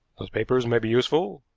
those papers may be useful,